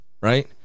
right